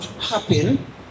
happen